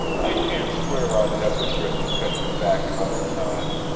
i can't swear i'd have the grit to fetch him back another time.